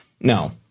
No